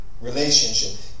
relationship